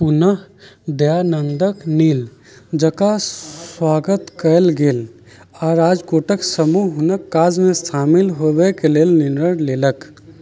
पुनः दयानन्दक नील जकाँ स्वागत कएल गेल आ राजकोटक समूह हुनक काजमे शामिल होबएके लेल निर्णय लेलक